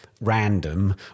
random